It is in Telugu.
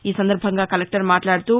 ఈ సందర్భంగా కలెక్టర్ మాట్లాడుతూ